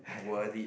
worried